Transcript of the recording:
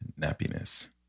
nappiness